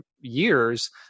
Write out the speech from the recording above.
years